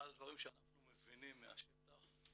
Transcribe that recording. אחד הדברים שאנחנו מבינים מהשטח זה